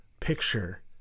picture